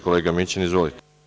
Kolega Mićin, izvolite.